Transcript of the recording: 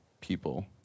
people